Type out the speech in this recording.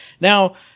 Now